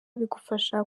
bigufasha